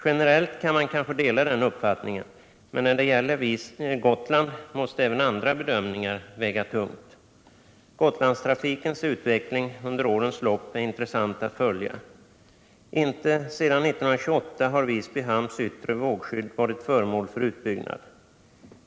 Generellt kan man kanske dela den uppfattningen — men när det gäller Gotland måste även andra bedömningar väga tungt. Gotlandstrafikens utveckling under årens lopp är intressant att följa. Inte sedan 1928 har Visby hamns yttre vågskydd varit föremål för utbyggnad.